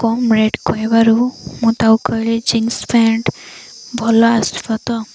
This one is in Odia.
କମ ରେଟ୍ କହିବାରୁ ମୁଁ ତାକୁ କହିଲି ଜିନ୍ସ ପ୍ୟାଣ୍ଟ ଭଲ ଆସିବ ତ